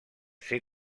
ser